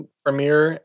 premiere